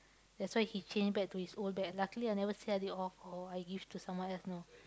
that's why he change back to his old bag luckily I never sell it off or I give to someone else know